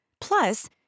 Plus